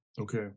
Okay